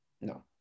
No